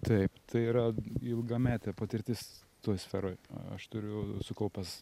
tai tai yra ilgametė patirtis toj sferoj aš turiu sukaupęs